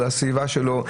לסביבה שלו.